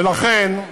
ולכן,